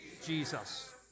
Jesus